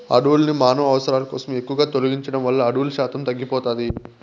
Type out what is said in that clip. అడవులను మానవ అవసరాల కోసం ఎక్కువగా తొలగించడం వల్ల అడవుల శాతం తగ్గిపోతాది